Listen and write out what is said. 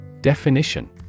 Definition